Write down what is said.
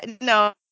no